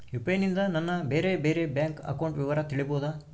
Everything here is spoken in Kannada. ಯು.ಪಿ.ಐ ನಿಂದ ನನ್ನ ಬೇರೆ ಬೇರೆ ಬ್ಯಾಂಕ್ ಅಕೌಂಟ್ ವಿವರ ತಿಳೇಬೋದ?